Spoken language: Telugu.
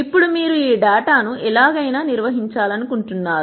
ఇప్పుడు మీరు ఈ డేటాను ఎలాగైనా నిర్వహించాలనుకుంటున్నారు